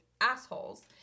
assholes